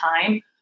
time